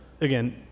again